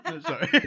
Sorry